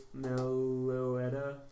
Meloetta